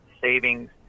savings